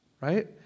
right